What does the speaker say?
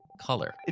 color